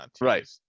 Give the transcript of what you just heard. Right